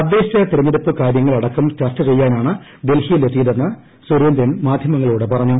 തദ്ദേശ തെരഞ്ഞെടുപ്പ് കാര്യങ്ങളടക്കം ചർച്ച ചെയ്യാതാണ് ഡൽഹിയിൽ എത്തിയതെന്ന് സുരേന്ദ്രൻ മാധ്യമങ്ങളോട് പറഞ്ഞു